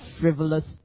frivolous